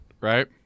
right